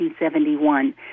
1971